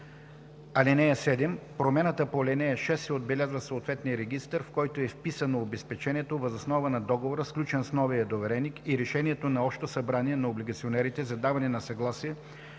(7) Промяната по ал. 6 се отбелязва в съответния регистър, в който е вписано обезпечението, въз основа на договора, сключен с новия довереник и решението на Общото събрание на облигационерите за даване на съгласие